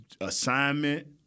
assignment